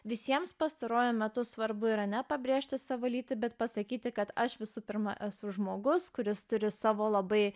visiems pastaruoju metu svarbu yra ne pabrėžti savo lytį bet pasakyti kad aš visų pirma esu žmogus kuris turi savo labai